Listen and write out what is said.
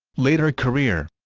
later career